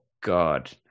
God